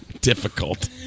Difficult